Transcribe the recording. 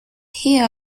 here